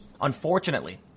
Unfortunately